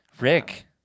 Rick